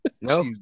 No